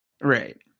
Right